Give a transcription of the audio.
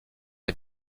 les